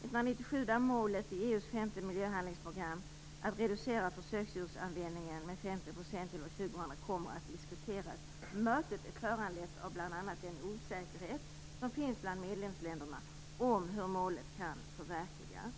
1997 där målet i EU:s femte miljöhandlingsprogram att reducera försöksdjursanvändningen med 50 % till år 2000 kommer att diskuteras. Mötet är föranlett av bl.a. den osäkerhet som finns bland medlemsländerna om hur målet kan förverkligas."